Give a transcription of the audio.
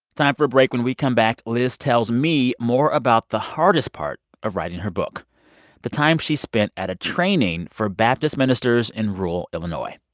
time for a break. when we come back, lyz tells me more about the hardest part of writing her book the time she spent at a training for baptist ministers in rural illinois.